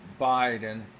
Biden